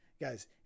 Guys